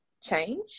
change